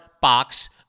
box